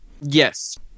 Yes